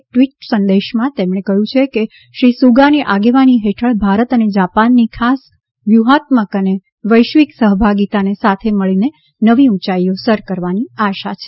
એક ટ્વીટ સંદેશમાં તેમણે કહ્યું છે કે શ્રી સુગાની આગેવાની હેઠળ ભારત અને જાપાનની ખાસ વ્યૂહાત્મક અને વૈશ્વિક સહભાગીતાને સાથે મળીને નવી ઉંયાઇઓ સર કરવાની આશા છે